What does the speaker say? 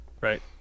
Right